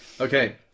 Okay